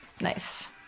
Nice